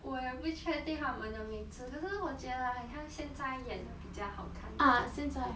我也不确定他们的名字可是我觉得好像现在演的比较好看